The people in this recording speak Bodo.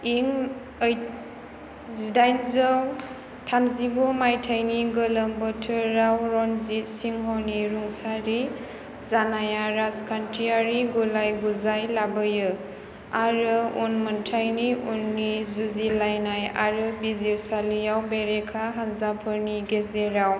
इं ओइथ जिदाइनजौ थामजिगु माइथायनि गोलोम बोथोराव रणजीत सिंहनि रुंसारि जानाया राजखान्थियारि गुलाय गुजाय लाबोयो आरो उनमोन्थायनि उननि जुजिलायनाय आरो बिजिरसालियाव बेरेखा हान्जाफोरनि गेजेराव